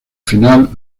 final